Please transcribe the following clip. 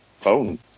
phone